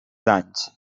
danys